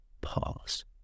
pause